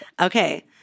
Okay